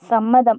സമ്മതം